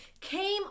came